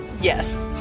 yes